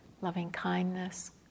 loving-kindness